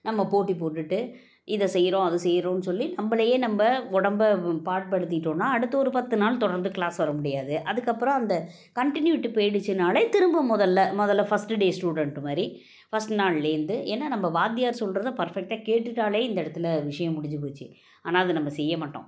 நம்ம போட்டி போட்டுட்டு இதை செய்கிறோம் அதை செய்கிறோன்னு சொல்லி நம்மளயே நம்ம உடம்ப பாடுபடுத்திட்டோம்ன்னா அடுத்து ஒரு பத்து நாள் தொடர்ந்து க்ளாஸ் வர முடியாது அதுக்கப்புறம் அந்த கன்டினியூட்டி போய்டுச்சுனாலே திரும்ப முதலில் முதல் ஃபஸ்ட்டு டே ஸ்டூடெண்ட்டு மாதிரி ஃபஸ்ட் நாள்லேருந்து ஏன்னா நம்ம வாத்தியார் சொல்றதை பர்ஃபெக்ட்டாக கேட்டுவிட்டாலே இந்த இடத்துல விஷயம் முடிஞ்சு போயிடுச்சி ஆனால் அதை நம்ம செய்யமாட்டோம்